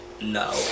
No